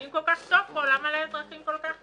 אם כל כך טוב, למה לאזרחים כל כך רע?